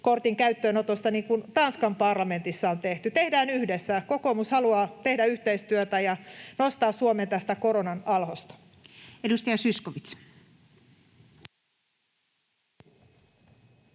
rokotuskortin käyttöönotosta, niin kuin Tanskan parlamentissa on tehty. Tehdään yhdessä — kokoomus haluaa tehdä yhteistyötä ja nostaa Suomen tästä koronan alhosta. [Speech